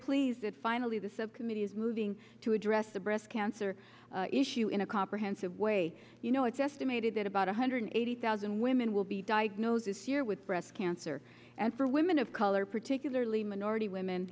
pleased that finally the subcommittee is moving to address the breast cancer issue in a comprehensive way you know it's estimated that about one hundred eighty thousand women will be diagnosed this year with breast cancer and for women of color particularly minority women